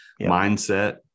mindset